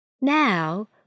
Now